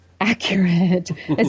accurate